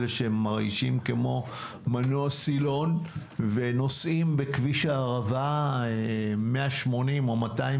אלה שמרעישים כמו מנוע סילון ונוסעים בכביש הערבה 180 או 210,